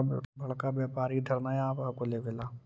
बड़का व्यापारि इधर नय आब हको लेबे ला?